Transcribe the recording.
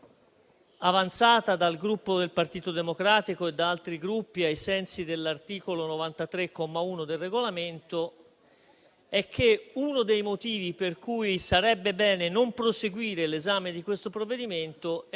avanzata dal Gruppo Partito Democratico e da altri Gruppi ai sensi dell'articolo 93, comma 1, del Regolamento, è che uno dei motivi per cui sarebbe bene non proseguire l'esame di questo provvedimento è